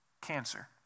cancer